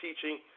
teaching